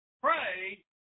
pray